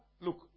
look